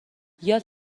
یادت